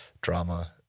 drama